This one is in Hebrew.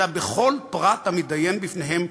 אלא בכל פרט המתדיין בפניהם,